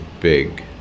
big